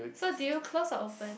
so did you close or open